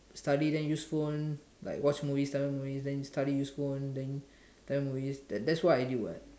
study then use phone like watch movies Tamil movies then study use phone then Tamil movies that that's what I do what